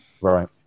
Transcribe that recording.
right